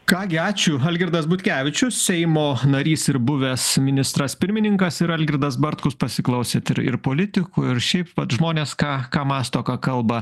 ką gi ačiū algirdas butkevičius seimo narys ir buvęs ministras pirmininkas ir algirdas bartkus pasiklausėt ir ir politikų ir šiaip vat žmonės ką ką mąsto ką kalba